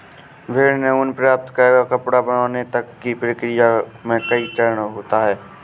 भेड़ से ऊन प्राप्त कर कपड़ा बनाने तक की प्रक्रिया में कई चरण होते हैं